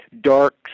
dark